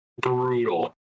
brutal